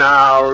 Now